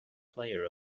player